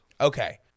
Okay